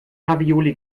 ravioli